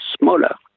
smaller